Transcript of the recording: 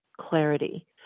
clarity